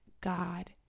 God